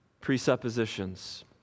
presuppositions